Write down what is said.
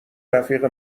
رفیق